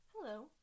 Hello